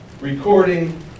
recording